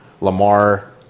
Lamar